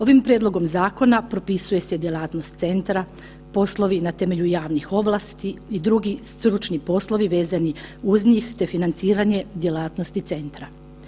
Ovim prijedlogom zakona propisuje se djelatnost centra, poslovi na temelju javnih ovlasti i drugi stručni poslovi vezani uz njih, te financiranje djelatnosti centra.